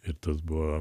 ir tas buvo